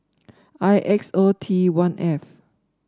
I X O T one F